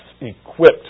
equipped